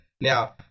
Now